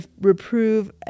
reprove